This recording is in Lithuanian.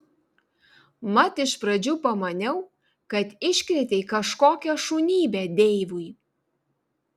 mat iš pradžių pamaniau kad iškrėtei kažkokią šunybę deivui